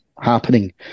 happening